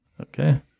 Okay